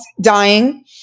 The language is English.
dying